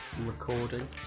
Recording